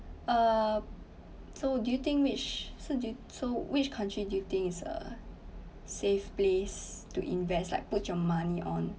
err so do you think which so do you so which country do you think is a safe place to invest like put your money on